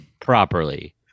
properly